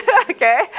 okay